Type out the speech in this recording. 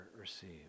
receive